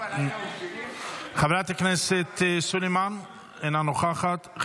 חברת הכנסת סלימאן, אינה נוכחת,